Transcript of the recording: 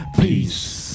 Peace